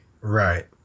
Right